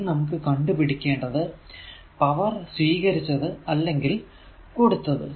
ഇനി നമുക്ക് കണ്ടുപിടിക്കേണ്ടത് പവർ സ്വീകരിച്ചത് അല്ലെങ്കിൽ കൊടുത്തത്